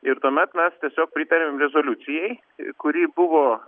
ir tuomet mes tiesiog pritarėm rezoliucijai kuri buvo